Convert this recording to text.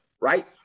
right